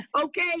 Okay